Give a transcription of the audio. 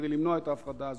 כדי למנוע את ההפרדה הזאת,